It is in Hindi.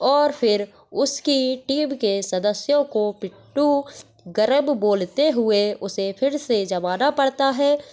और फ़िर उसकी टीम के सदस्यों को पिट्टू गरब बोलते हुए उसे फ़िर से जमाना पड़ता है